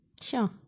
Sure